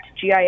GIS